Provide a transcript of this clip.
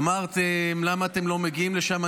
אמרתם למה אתם לא מגיעים לשם?